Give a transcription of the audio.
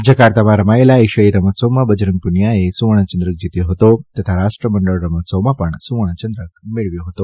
જાકાર્તામાં રમાયેલા એશિયાઇ રમતોત્સવમાં બજરંગ પુનીયઆએ સુવર્ણચંદ્રક જીત્યો હતો તથા રાષ્ટ્રમંડળ રમતોત્સવમાં પણ સુવર્ણચંદ્રક મેળવ્યો હતો